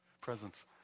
presence